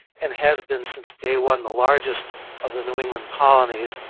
and has been since day one, the largest of the new england colonies.